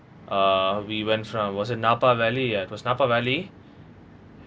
uh we went from was it napa valley ya it was napa valley